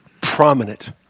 prominent